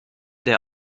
der